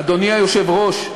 אדוני היושב-ראש,